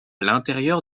l’intérieur